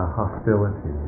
hostility